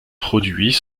produits